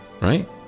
right